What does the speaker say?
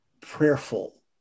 prayerful